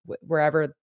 wherever